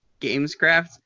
gamescraft